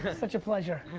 ah such a pleasure.